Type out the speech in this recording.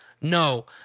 No